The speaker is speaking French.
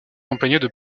accompagnées